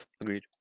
agreed